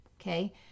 Okay